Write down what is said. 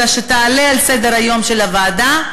אלא שתעלה על סדר-היום של הוועדה,